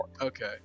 Okay